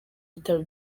bitaro